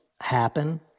happen